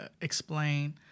explain